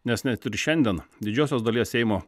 nes net ir šiandien didžiosios dalies seimo